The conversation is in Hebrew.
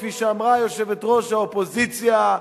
כפי שאמרה יושבת-ראש האופוזיציה,